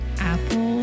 Apple